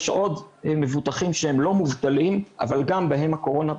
יש עוד מבוטחים שהם לא מובטלים אבל גם בהם הקורונה פגעה,